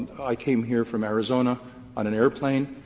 i came here from arizona on an airplane.